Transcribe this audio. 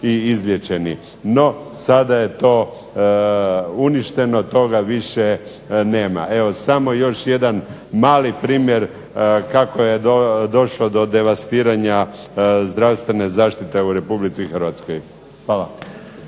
i izliječeni. No, sada je to uništeno, toga više nema. Samo još jedan mali primjer kako je došlo do devastiranja zdravstvene zaštite u Republici Hrvatskoj.